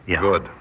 Good